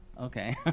Okay